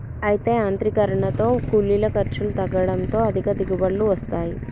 అయితే యాంత్రీకరనతో కూలీల ఖర్చులు తగ్గడంతో అధిక దిగుబడులు వస్తాయి